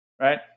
right